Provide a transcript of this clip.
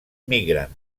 migren